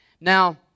Now